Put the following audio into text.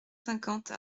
cinquante